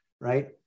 right